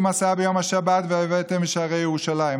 משא ביום השבת והבאתם בשערי ירושלם".